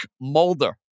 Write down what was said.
Mulder